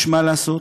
יש מה לעשות,